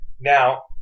Now